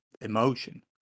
emotion